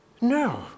No